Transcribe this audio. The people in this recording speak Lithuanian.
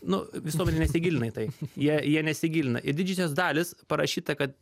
nu visuomenė nesigilina į tai jie jie nesigilina ir didžiosios dalys parašyta kad